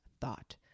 thought